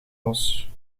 los